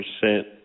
percent